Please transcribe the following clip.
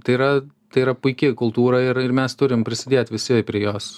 tai yra tai yra puiki kultūra ir ir mes turim prisidėt visi prie jos